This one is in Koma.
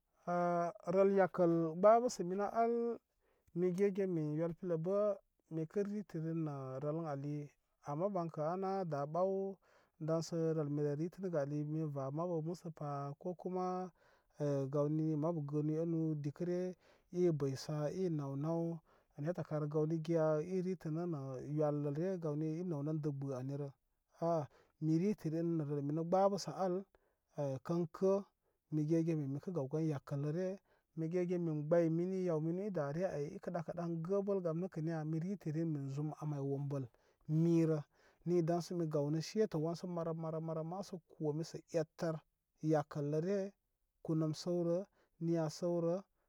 Ha rəl yakəl gbəbəsi minə ar migegen min yel piləbə mikə ritə rin nə rəl ən ali ama bankə ana ada ɓaw daŋsə rəl mire ritinəgə ali mi va mabu məsəpa kokuma he gawni mabu gənu enu dikəre ibəy sá i náw náw nə nettə kar gawni giya iritənə nə yelləre gawni ni i náw nan dəgbu anirə. Aa mi ritə rin nə rəl minə gbəbəsə al e kən kə mi gegen min mikə gaw yakəlləre mi gegen min gbəy mini yaw minu idare ay ikə ɗakə ɗan gəbəl gam nəkəniya mi ritə rin min zum a máy wombəl mirə ni daŋsə mi gawnə shetə wansə marə marə marə marə ma sə kome sə ettər yakəlləre kunəm səwrə niya səwrə.